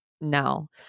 No